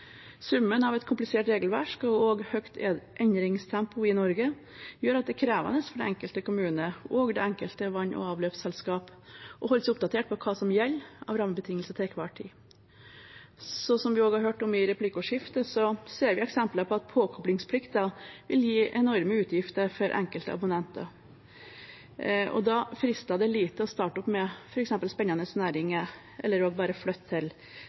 Summen av et komplisert regelverk og også høyt endringstempo i Norge gjør at det er krevende for den enkelte kommune og det enkelte vann- og avløpsselskap å holde seg oppdatert på hva som gjelder av rammebetingelser til enhver tid. Som vi også hørte i replikkordskiftet, ser vi eksempler på at påkoblingsplikten vil gi enorme utgifter for enkelte abonnenter. Da frister det lite å starte opp med f.eks. spennende næring eller å bare